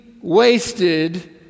wasted